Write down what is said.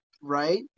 right